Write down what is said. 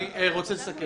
אני רוצה לסכם.